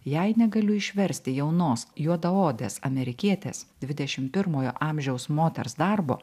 jei negaliu išversti jaunos juodaodės amerikietės dvidešimt pirmojo amžiaus moters darbo